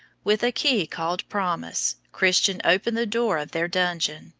with a key called promise christian opened the door of their dungeon,